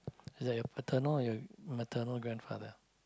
is that your paternal or your maternal grandfather